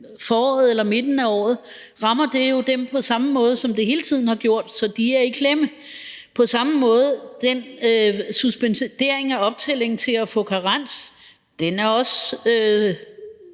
foråret eller i midten af året, på samme måde, som det hele tiden har gjort, så de er i klemme. Det er på samme måde med suspenderingen af optælling i forhold til at få karens, der er også